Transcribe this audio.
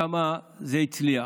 שם זה הצליח,